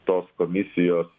tos komisijos